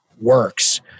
works